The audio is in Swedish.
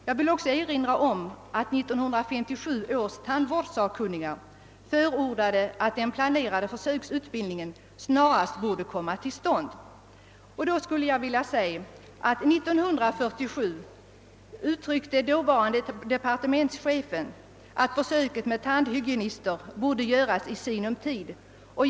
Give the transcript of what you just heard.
Jag vill också erinra om att 1957 års tandvårdssakkunniga förordade att den planerade försöksutbildningen snarast borde komma till stånd. Jag vill framhålla att dåvarande departementschefen år 1947 underströk att försöket med tandhygienister i sinom tid borde göras.